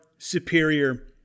superior